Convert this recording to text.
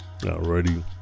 Alrighty